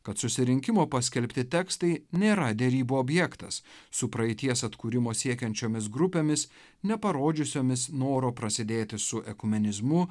kad susirinkimo paskelbti tekstai nėra derybų objektas su praeities atkūrimo siekiančiomis grupėmis ne parodžiusiomis noro prasidėti su ekumenizmu